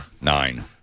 Nine